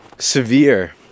severe